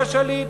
הוא השליט.